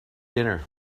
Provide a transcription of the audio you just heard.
dinner